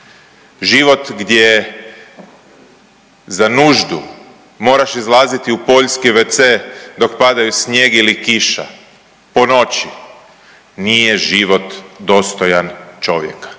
život gdje za nuždu moraš izlaziti poljski wc dok padaju snijeg ili kiša po noći nije život dostojan čovjeka.